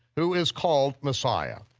who is called messiah.